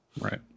right